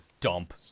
dump